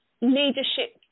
leadership